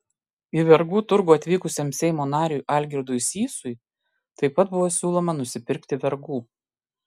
į vergų turgų atvykusiam seimo nariui algirdui sysui taip pat buvo siūloma nusipirkti vergų